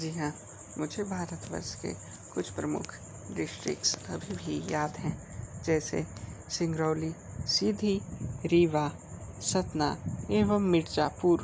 जी हाँ मुझे भारतवर्ष के कुछ प्रमुख डिस्ट्रिक्ट अभी भी याद हैं जैसे सिंगरौली सीधी रीवा सतना एवम मिर्ज़ापुर